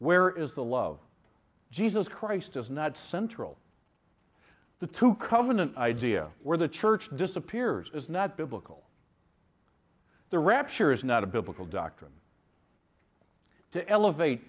where is the love jesus christ is not central to the two covenant idea where the church disappears is not biblical the rapture is not a biblical doctrine to elevate